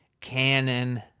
Canon